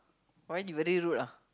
why you very rude lah